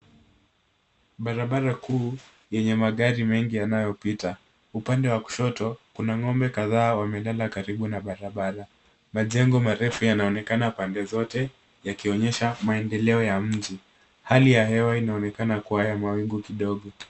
Barabara kuu yenye magari mengi yanayopita. Upande wa kushoto kuna ng'ombe kadhaa wamelala karibu na barabara. Majengo marefu yanaonekana pande zote yakionyesha maendelao ya mji. Hali ya hewa inaonekana kuwa ya mawingu kidogo.